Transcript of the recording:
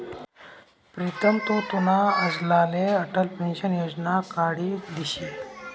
प्रीतम तु तुना आज्लाले अटल पेंशन योजना काढी दिशी